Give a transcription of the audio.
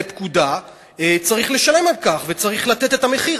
פקודה צריך לשלם על כך וצריך לתת את המחיר.